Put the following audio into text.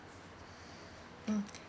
mm